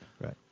Right